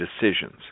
decisions